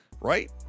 Right